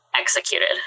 executed